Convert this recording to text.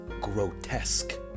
grotesque